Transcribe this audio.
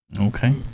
Okay